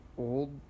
old